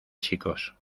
chicos